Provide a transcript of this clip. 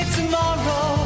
tomorrow